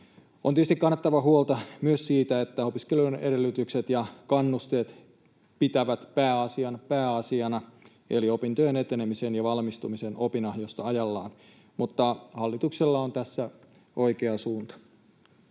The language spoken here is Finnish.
On tietysti kannettava huolta myös siitä, että opiskelijoiden edellytykset ja kannusteet pitävät pääasian pääasiana eli opintojen etenemisen ja valmistumisen opinahjosta ajallaan. Mutta hallituksella on tässä oikea suunta.